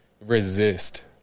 resist